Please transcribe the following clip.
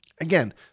Again